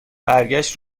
برگشت